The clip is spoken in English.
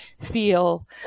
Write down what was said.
feel